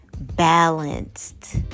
balanced